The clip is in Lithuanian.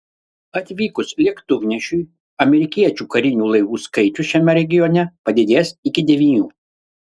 atvykus lėktuvnešiui amerikiečių karinių laivų skaičius šiame regione padidės iki devynių